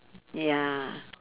ya